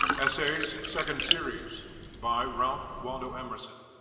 essays, second series by ralph waldo emerson